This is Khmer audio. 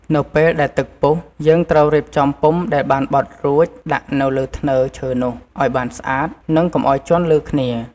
នៅពេលដែលទឹកពុះ យើងត្រូវរៀបចំពុម្ពដែលបានបត់រួចដាក់នៅលើធ្នើរឈើនោះ ឱ្យបានស្អាត និងកុំឱ្យជាន់លើគ្នា។